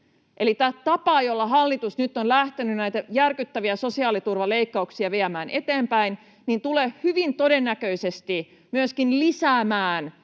tapa, jolla hallitus nyt on lähtenyt näitä järkyttäviä sosiaaliturvaleikkauksia viemään eteenpäin, tulee hyvin todennäköisesti myöskin